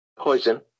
Poison